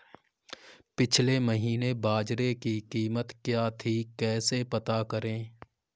पिछले महीने बाजरे की कीमत क्या थी कैसे पता करें?